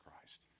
Christ